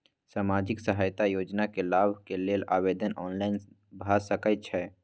सामाजिक सहायता योजना के लाभ के लेल आवेदन ऑनलाइन भ सकै छै?